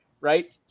right